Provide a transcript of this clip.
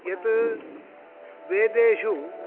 यत् वेदेषु